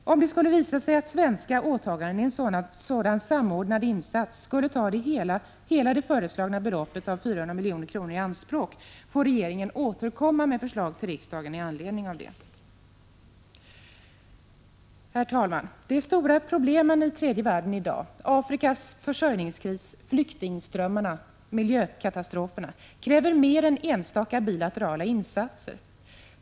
Om det skulle visa sig att svenska åtaganden i en sådan samordnad insats skulle ta hela det föreslagna beloppet på 400 milj.kr. i anspråk, får regeringen komma med förslag till riksdagen med anledning av det. Herr talman! De stora problemen i tredje världen i dag — Afrikas försörjningskris, flyktingströmmarna, miljökatastroferna — kräver mer än enstaka bilaterala insatser.